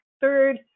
third